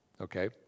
Okay